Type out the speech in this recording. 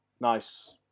Nice